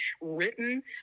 written